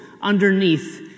underneath